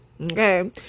Okay